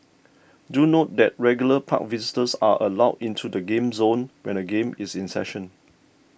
do note that regular park visitors are allowed into the game zone when a game is in session